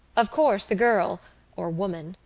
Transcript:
of course the girl or woman,